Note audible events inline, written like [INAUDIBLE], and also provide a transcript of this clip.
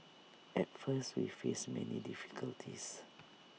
at first we faced many difficulties [NOISE]